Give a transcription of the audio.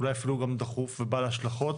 אולי אפילו גם דחוף ובעל השלכות